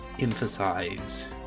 emphasize